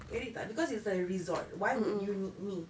get it tak because it's a resort why would you need me